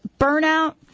burnout